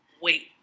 Wait